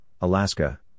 Alaska